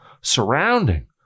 surrounding